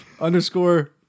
underscore